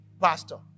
Pastor